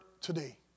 today